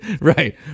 right